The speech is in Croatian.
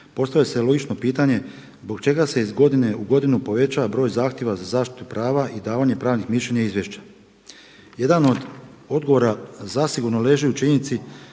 postavlja se logično pitanje zbog čega se iz godine u godinu povećava broj zahtjeva za zaštitu prava i davanje pravnih mišljenja i izvješća. Jedan od odgovora zasigurno leži u činjenici